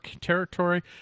territory